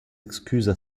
excuses